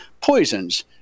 poisons